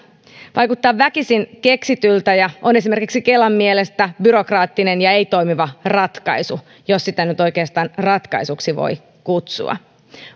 vaikuttaa väkisin keksityltä ja on esimerkiksi kelan mielestä byrokraattinen ja ei toimiva ratkaisu jos sitä nyt oikeastaan ratkaisuksi voi kutsua